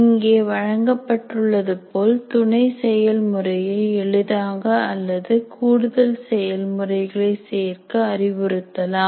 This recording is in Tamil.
இங்கே வழங்கப்பட்டுள்ளது போல் துணை செயல்முறையை எளிதாக அல்லது கூடுதல் செயல்முறைகளை சேர்க்க அறிவுறுத்தலாம்